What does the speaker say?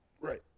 Right